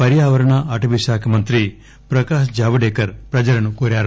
పర్యావరణ అటవీ శాఖ మంత్రి ప్రకాశ్ జావడేకర్ ప్రజలను కోరారు